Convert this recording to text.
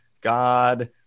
God